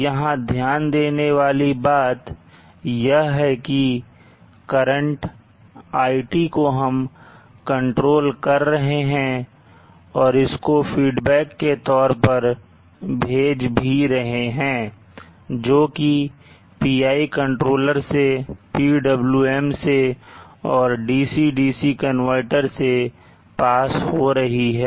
यहां ध्यान देने वाली बात यह है कि करंट iT को हम कंट्रोल कर रहे हैं और इसको फीडबैक के तौर पर भेज भी रहे हैं जोकि PI कंट्रोलर से PWM से और DC DC कनवर्टर से पास हो रही है